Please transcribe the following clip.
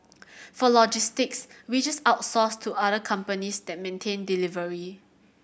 for logistics we just outsource to other companies that maintain delivery